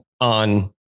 on